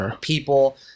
people